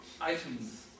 items